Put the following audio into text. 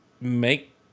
make